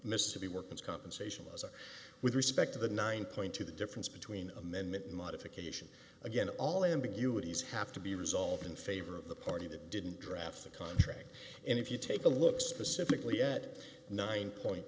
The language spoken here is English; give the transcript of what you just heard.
mississippi workman's compensation laws are with respect to the nine dollars the difference between amendment modification again all ambiguities have to be resolved in favor of the party that didn't draft the contract and if you take a look specifically at nine